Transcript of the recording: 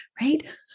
right